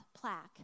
plaque